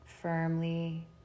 Firmly